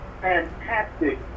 fantastic